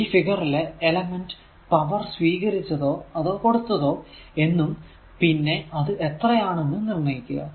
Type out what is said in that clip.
ഈ ഫിഗറിലെ element power സ്വീകരിച്ചതോ അതോ കൊടുത്തോ എന്നും പിന്നെ അത് എത്രയാണെന്നും നിർണയിക്കുക